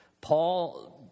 Paul